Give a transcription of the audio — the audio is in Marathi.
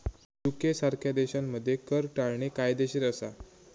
युके सारख्या देशांमध्ये कर टाळणे कायदेशीर असा